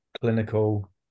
clinical